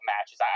matches